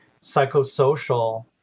psychosocial